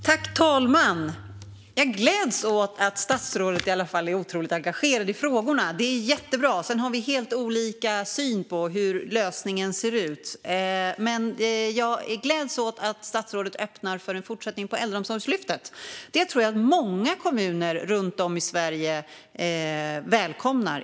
Fru talman! Jag gläds åt att statsrådet i alla fall är otroligt engagerad i dessa frågor. Det är jättebra, även om vi har helt olika syn på hur lösningen ser ut. Jag gläds också åt att statsrådet öppnar för en fortsättning på Äldreomsorgslyftet. Detta tror jag att många kommuner runt om i Sverige välkomnar.